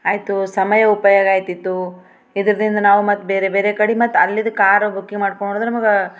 ಆಯಿತು ಸಮಯ ಉಪಯೋಗ ಆಗ್ತಿತ್ತು ಇದರಿಂದ ನಾವು ಮತ್ತೆ ಬೇರೆ ಬೇರೆ ಕಡೆ ಮತ್ತೆ ಅಲ್ಲಿಂದ ಕಾರ್ ಬುಕ್ಕಿಂಗ್ ಮಾಡ್ಕೊಂಡೋದ್ರೆ ನಮಗೆ